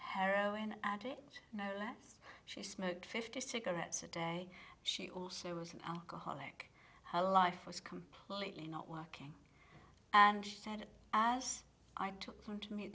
heroin addict no less she smoked fifty cigarettes a day she also was an alcoholic her life was completely not working and she said as i took her to me